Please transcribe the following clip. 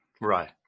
Right